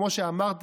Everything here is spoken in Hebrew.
כמו שאמרתי,